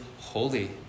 holy